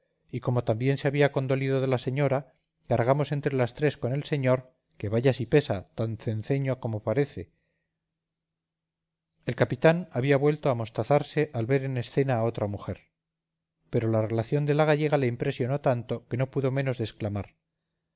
y como también se había condolido la señora cargamos entre las tres con el señor que vaya si pesa tan cenceño como parece el capitán había vuelto a amostazarse al ver en escena a otra mujer pero la relación de la gallega le impresionó tanto que no pudo menos de exclamar